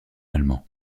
allemand